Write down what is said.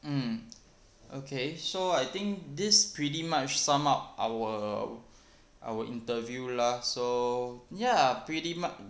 um okay so I think this pretty much sum up our our interview lah so ya pretty mu~ I I guess we ha~ we had a very good talk we had a very casual conversation here casual recording over here ya so I think we can end it up thank you